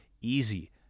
easy